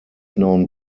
known